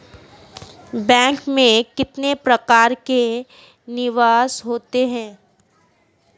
Bank में कितने प्रकार के निवेश होते हैं?